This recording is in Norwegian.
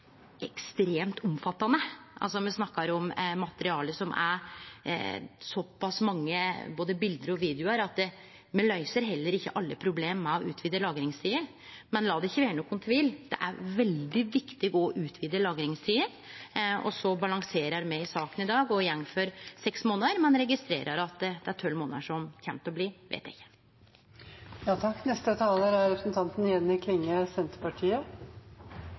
ekstremt omfattande. Me snakkar om materiale med såpass mange både bilde og videoar at me heller ikkje løyser alle problem med å utvide lagringstida. Men la det ikkje vere nokon tvil: Det er veldig viktig å utvide lagringstida, og så balanserer me i saka i dag og går for seks månader, men eg registrerer at det er tolv månader som kjem til å bli vedteke. Hofstad Helleland prøvde å gjere denne debatten, der Senterpartiet